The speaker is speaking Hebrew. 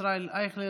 ישראל אייכלר,